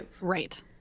Right